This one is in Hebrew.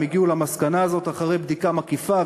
הם הגיעו למסקנה הזאת אחרי בדיקה מקיפה,